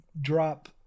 drop